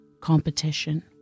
competition